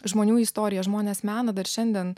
žmonių istorija žmonės mena dar šiandien